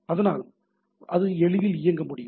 அதனால் அது எளிதில் இயங்க முடியும்